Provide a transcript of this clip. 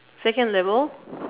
second level